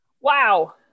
Wow